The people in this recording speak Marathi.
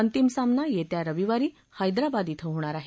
अंतिम सामना येत्या रविवारी हैदराबाद डिं होणार आहे